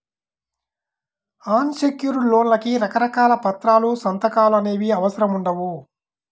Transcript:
అన్ secured లోన్లకి రకరకాల పత్రాలు, సంతకాలు అనేవి అవసరం ఉండవు